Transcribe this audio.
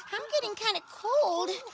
i'm getting kinda cold.